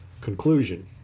conclusion